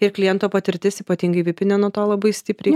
ir kliento patirtis ypatingai vipinio nuo to labai stipriai